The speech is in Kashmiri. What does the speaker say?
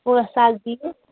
ژور ساس دِیِو